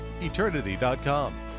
Eternity.com